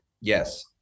Yes